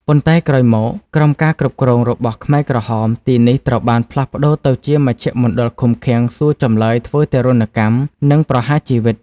ប៉ុន្តែក្រោយមក ក្រោមការគ្រប់គ្រងរបស់ខ្មែរក្រហម ទីនេះត្រូវបានផ្លាស់ប្តូរទៅជាមជ្ឈមណ្ឌលឃុំឃាំង សួរចម្លើយ ធ្វើទារុណកម្ម និងប្រហារជីវិត។